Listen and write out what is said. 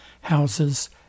houses